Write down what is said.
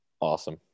awesome